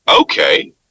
okay